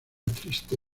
triste